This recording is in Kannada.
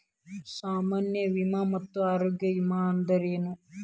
ಸಾಮಾನ್ಯ ವಿಮಾ ಮತ್ತ ಆರೋಗ್ಯ ವಿಮಾ ಅಂದ್ರೇನು?